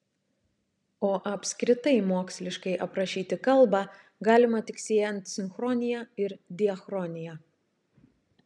o apskritai moksliškai aprašyti kalbą galima tik siejant sinchronija ir diachroniją